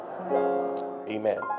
amen